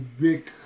big